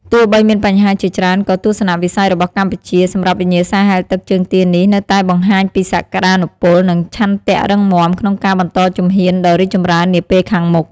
ទោះបីមានបញ្ហាជាច្រើន ក៏ទស្សនវិស័យរបស់កម្ពុជា សម្រាប់វិញ្ញាសាហែលទឹកជើងទានេះនៅតែបង្ហាញពីសក្ដានុពល និងឆន្ទៈរឹងមាំក្នុងការបន្តជំហានដ៏រីកចម្រើននាពេលខាងមុខ។